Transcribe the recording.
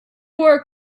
wore